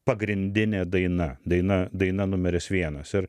pagrindinė daina daina daina numeris vienas ir